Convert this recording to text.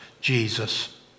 Jesus